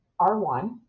R1